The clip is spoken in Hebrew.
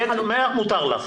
מותר לך.